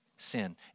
sin